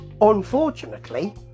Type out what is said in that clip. unfortunately